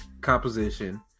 composition